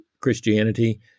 Christianity